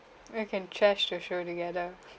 we can trash the show together